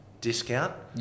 discount